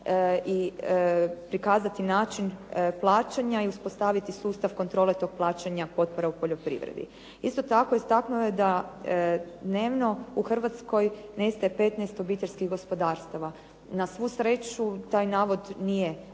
i prikazati način plaćanja i uspostaviti sustav kontrole tog plaćanja potpora u poljoprivredi. Isto tako, istaknuo je da dnevno u Hrvatskoj nestaje 15 obiteljskih gospodarstava. Na svu sreću taj navod nije točan